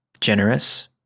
generous